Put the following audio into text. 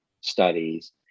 studies